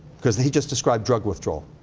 cause he just described drug withdrawal.